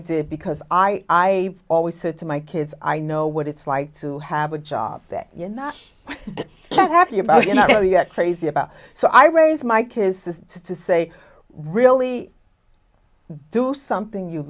did because i always said to my kids i know what it's like to have a job that you not happy about you know yet crazy about so i raise my kids just to say really do something you